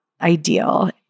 ideal